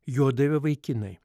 jodavę vaikinai